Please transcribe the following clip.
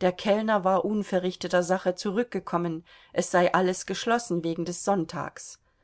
der kellner war unverrichteter sache zurückgekommen es sei alles geschlossen wegen des sonntags